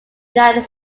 united